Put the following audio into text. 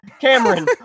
Cameron